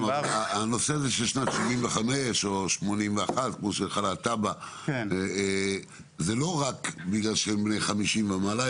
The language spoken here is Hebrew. שנת 75' זה לא רק בגלל שהם בני 50 ומעלה,